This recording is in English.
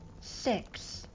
Six